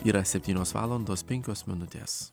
yra septynios valandos penkios minutės